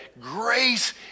grace